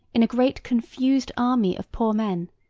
in a great confused army of poor men,